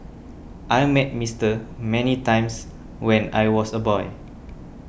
I met Mister many times when I was a boy